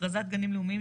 הכרזת גנים לאומיים,